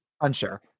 Unsure